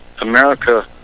america